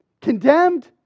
Condemned